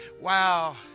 wow